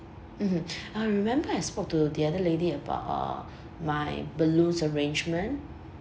mmhmm I remember I spoke to the other lady about uh my balloons arrangement